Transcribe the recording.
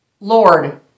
Lord